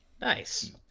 nice